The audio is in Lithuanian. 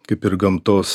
kaip ir gamtos